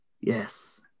Yes